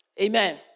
Amen